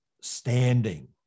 standing